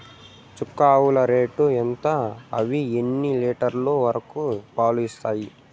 చుక్క ఆవుల రేటు ఎంత? అవి ఎన్ని లీటర్లు వరకు పాలు ఇస్తాయి?